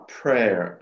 prayer